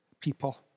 people